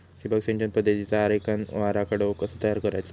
ठिबक सिंचन पद्धतीचा आरेखन व आराखडो कसो तयार करायचो?